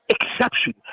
exception